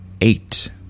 eight